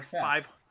five